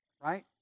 right